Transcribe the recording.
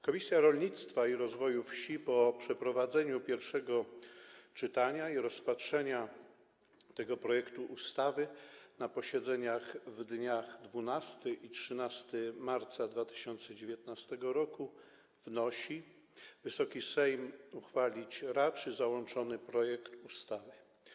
Komisja Rolnictwa i Rozwoju Wsi po przeprowadzeniu pierwszego czytania i rozpatrzeniu tego projektu ustawy na posiedzeniach w dniach 12 i 13 marca 2019 r. wnosi, by Wysoki Sejm uchwalić raczył załączony projekt ustawy.